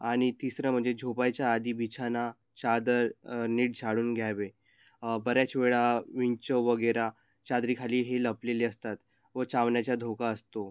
आणि तिसरं म्हणजे झोपायच्या आधी बिछाना चादर नीट झाडून घ्यावे बऱ्याच वेळा विंचूवगैरे चादरीखाली हे लपलेले असतात व चावण्याचा धोका असतो